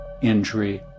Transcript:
Injury